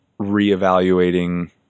reevaluating